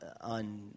on